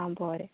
आं बोरें